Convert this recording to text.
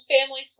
family